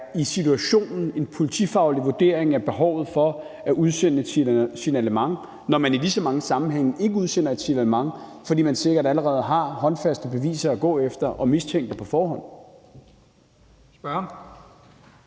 i situationen er en politifaglig vurdering af behovet for at udsende et signalement, når man i lige så mange sammenhænge ikke udsender et signalement, fordi man sikkert allerede på forhånd har håndfaste beviser og mistænkte at gå efter.